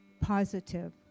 positive